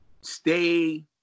stay